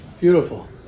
Beautiful